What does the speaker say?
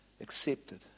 Accepted